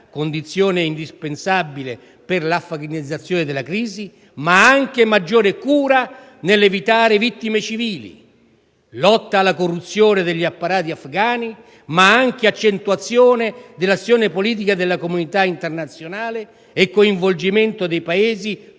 condizione indispensabile per l'«afghanizzazione» della crisi, ma anche massima cura nell'evitare vittime civili; lotta alla corruzione degli apparati afgani, ma anche accentuazione dell'azione politica della comunità internazionale e coinvolgimento dei Paesi